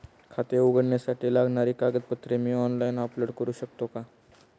खाते उघडण्यासाठी लागणारी कागदपत्रे मी ऑनलाइन अपलोड करू शकतो का?